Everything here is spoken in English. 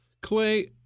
Clay